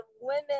women